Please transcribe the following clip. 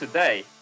Today